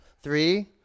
Three